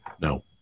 No